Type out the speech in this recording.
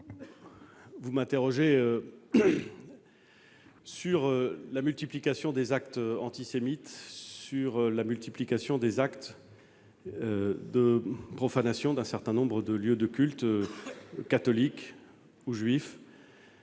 vous m'interrogez sur la multiplication des actes antisémites, sur la multiplication des actes de profanation de lieux de culte catholiques ou juifs,